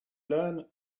learn